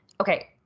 Okay